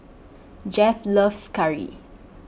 Jeff loves Curry